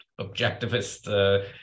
objectivist